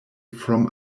from